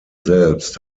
selbst